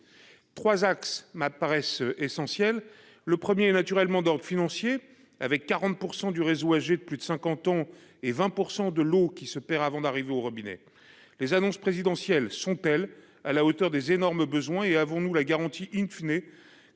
Trois axes m'apparaissent essentiels. Le premier est naturellement d'ordre financier, puisque 40 % du réseau a plus de 50 ans et que 20 % de l'eau se perd avant d'arriver au robinet. Les annonces présidentielles sont-elles à la hauteur des énormes besoins ? Avons-nous la garantie que